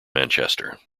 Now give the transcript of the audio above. manchester